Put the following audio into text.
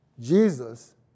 Jesus